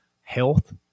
health